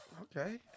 Okay